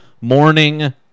morning